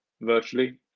virtually